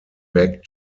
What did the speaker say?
back